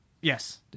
Yes